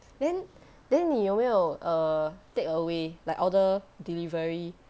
then then 你有没有 err takeaway like order delivery